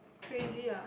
crazy ah